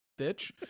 bitch